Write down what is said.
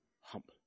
humble